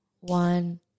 one